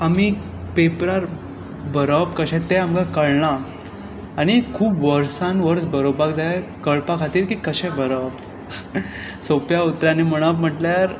आमी पेपरार बरोवप कशे ते आमी आमकां कळना आनी खूब वर्सान वर्स बरोवपाक जाय कळपा खातीर की कशे बरोवप सोंप्या उतरांनी म्हणप म्हटल्यार